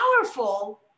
powerful